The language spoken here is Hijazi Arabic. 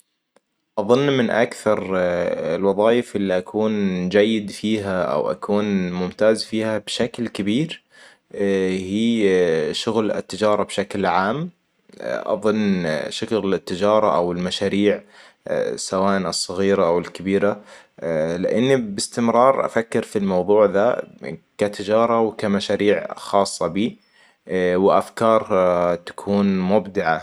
أظن من أكثر الوظائف اللي أكون جيد فيها او أكون ممتاز فيها بشكل كبير هي شغل التجارة بشكل عام أظن شغل التجارة او المشاريع سواء الصغيرة او الكبيرة لأن بأستمر أفكر في الموضوع ذا كتجارة وكمشاريع خاصة بي.وأفكار تكون مبدعة